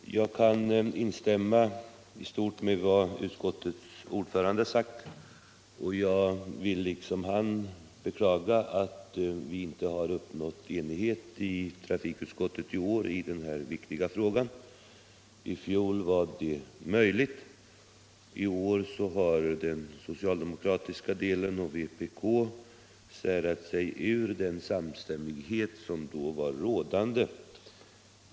Herr talman! Jag kan instämma i stort i vad utskottets ordförande sagt, och jag vill liksom han beklaga att vi inte har uppnått enighet Trafikpolitiken Trafikpolitiken i trafikutskottet i år i den här viktiga frågan. I fjol var det möjligt. men i år har den socialdemokratiska delen och vpk särat sig ur den samstämmighet som då rådde.